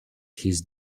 his